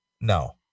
No